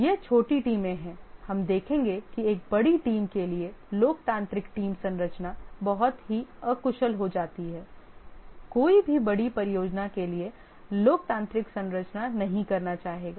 ये छोटी टीमें हैं हम देखेंगे कि एक बड़ी टीम के लिए लोकतांत्रिक टीम संरचना बहुत ही अकुशल हो जाती है कोई भी बड़ी परियोजना के लिए लोकतांत्रिक संरचना नहीं करना चाहेगा